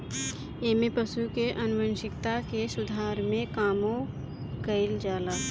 एमे पशु के आनुवांशिकता के सुधार के कामो कईल जाला